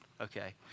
Okay